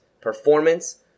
performance